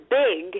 big